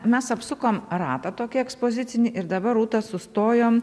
mes apsukom ratą tokį ekspozicinį ir dabar rūta sustojom